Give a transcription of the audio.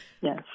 Yes